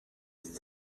ist